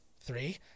Three